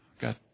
Got